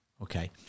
Okay